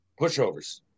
pushovers